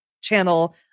channel